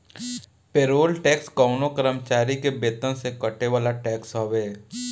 payroll tax कवनो कर्मचारी के वेतन से कटे वाला टैक्स हवे